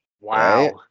Wow